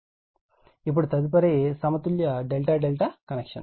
ఇప్పుడు తదుపరిది సమతుల్య ∆∆ కనెక్షన్